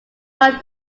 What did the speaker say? what